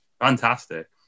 fantastic